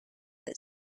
that